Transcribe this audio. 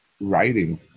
writing